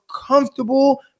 comfortable